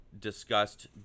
discussed